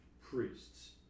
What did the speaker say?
priests